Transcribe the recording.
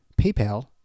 PayPal